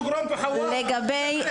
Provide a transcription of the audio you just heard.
לגבי